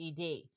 ED